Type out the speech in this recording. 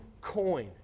coin